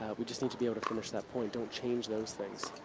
we just need to be able to finish that point. don't change those things.